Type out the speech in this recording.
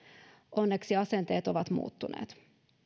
onneksi asenteet ovat muuttuneet